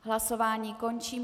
Hlasování končím.